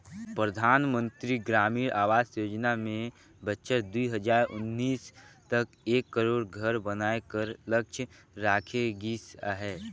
परधानमंतरी ग्रामीण आवास योजना में बछर दुई हजार उन्नीस तक एक करोड़ घर बनाए कर लक्छ राखे गिस अहे